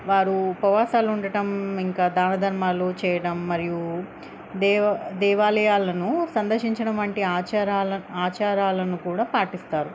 వారు ఉపవాసాలు ఉండటం ఇంకా దానధర్మాలు చేయడం మరియు దేవాలయాలను సందర్శించడం వంటి ఆచారాలను కూడా పాటిస్తారు